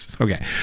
Okay